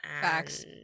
Facts